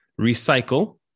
recycle